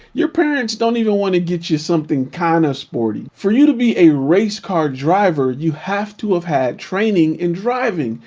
your parents don't even wanna get you something kind of sporty. for you to be a race car driver, you have to have had training in driving.